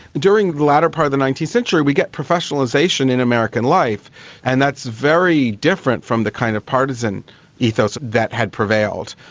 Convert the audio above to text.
during the latter part of the nineteenth century we get professionalisation in american life and that's very different from the kind of partisan ethos that had prevailed.